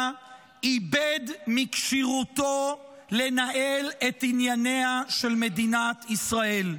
איבד מכשירותו לנהל את ענייניה של מדינת ישראל.